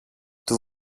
του